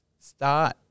start